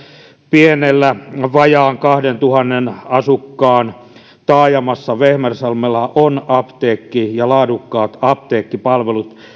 meidän pienessä vajaan kahteentuhanteen asukkaan taajamassa vehmersalmella on apteekki ja laadukkaat apteekkipalvelut